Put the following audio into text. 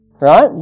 right